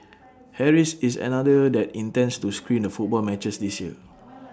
Harry's is another that intends to screen the football matches this year